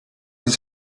his